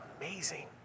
amazing